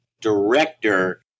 director